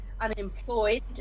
unemployed